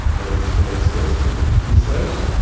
that is very stressful to cells,